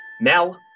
Mel